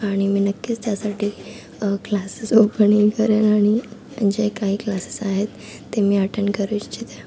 आणि मी नक्कीच त्यासाठी क्लासेस ओपनही करेन आणि म्हणजे काही क्लासेस आहेत ते मी अटेंड करू इच्छिते